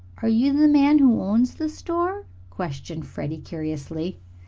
are you the man who owns the store? questioned freddie curiously.